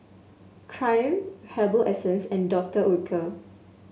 Triumph Herbal Essences and Doctor Oetker